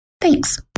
Thanks